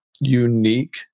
unique